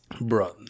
Bro